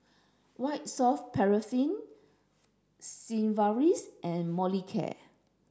white soft paraffin Sigvaris and Molicare